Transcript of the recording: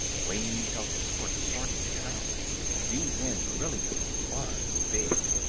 wayne felt his heart starting to pound d n beryllium was big.